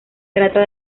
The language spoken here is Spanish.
trata